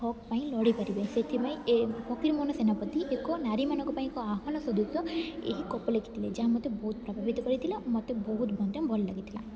ହକ୍ ପାଇଁ ଲଢ଼ିପାରିବେ ସେଥିପାଇଁ ଏ ଫକୀରମୋହନ ସେନାପତି ଏକ ନାରୀମାନଙ୍କ ପାଇଁ ଏକ ଆହ୍ବାନ ସଦୃଶ ଏହି ଗପ ଲେଖିଥିଲେ ଯାହା ମୋତେ ବହୁତ ପ୍ରଭାବିତ କରିଥିଲା ମୋତେ ବହୁତ ମଧ୍ୟ ଭଲ ଲାଗିଥିଲା